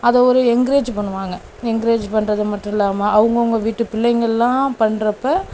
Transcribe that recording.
அதை ஒரு எங்க்ரேஜ் பண்ணுவாங்க எங்க்ரேஜ் பண்ணுறது மட்டும் இல்லாமல் அவங்க அவங்க வீட்டு பிள்ளைங்கள்லாம் பண்றப்போ